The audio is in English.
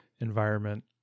environment